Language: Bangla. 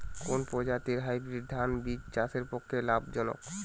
কোন প্রজাতীর হাইব্রিড ধান বীজ চাষের পক্ষে লাভজনক?